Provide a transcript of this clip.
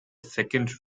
second